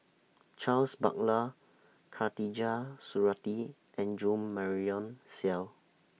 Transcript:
Charles Paglar Khatijah Surattee and Jo Marion Seow